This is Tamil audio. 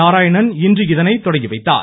நாராயணன் இன்று இதனை துவக்கி வைத்தார்